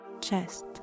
Chest